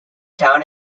town